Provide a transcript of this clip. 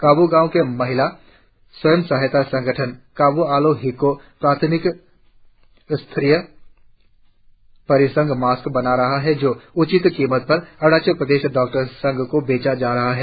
काबू गांव के महिला स्वयं सहायता संगठन काबू आलो हीको प्राथमिक स्तरीय परिसंघ मास्क बना रहा है जो उचित कीमत पर अरूणाचल प्रदेश डॉक्टर संघ को बेचे जा रहे हैं